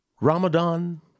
Ramadan